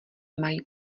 mají